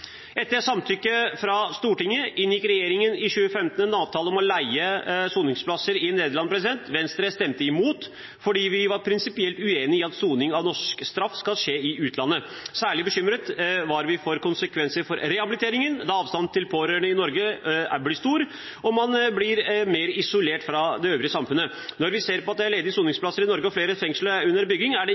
Etter samtykke fra Stortinget inngikk regjeringen i 2015 en avtale om å leie soningsplasser i Nederland. Venstre stemte imot, fordi vi var prinsipielt uenige i at soning av norsk straff skal skje i utlandet. Særlig bekymret var vi for konsekvenser for rehabiliteringen, da avstanden til pårørende i Norge blir stor, og man blir mer isolert fra det øvrige samfunnet. Når vi nå ser at det er ledige soningsplasser i Norge, og flere fengsler er under bygging, er det ingen grunn til å videreføre avtalen. Derfor vil jeg ta opp det